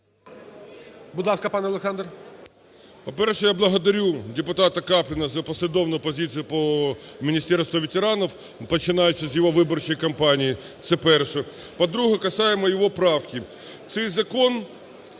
Будь ласка, пан Олександр.